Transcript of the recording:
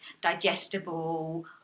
digestible